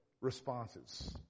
responses